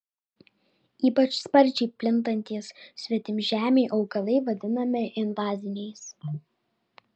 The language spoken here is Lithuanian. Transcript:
ypač sparčiai plintantys svetimžemiai augalai vadinami invaziniais